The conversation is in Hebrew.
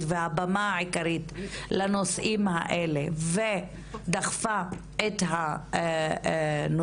והבמה העיקרית לנושאים האלה ודחפה את הנושא,